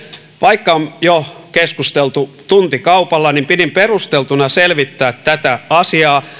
vaikka on keskusteltu jo tuntikaupalla niin pidin perusteltuna selvittää tätä asiaa